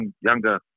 younger